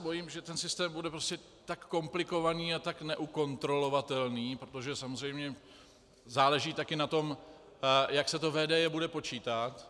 Bojím se, že ten systém bude tak komplikovaný a tak neukontrolovatelný, protože samozřejmě záleží taky na tom, jak se to VDJ bude počítat.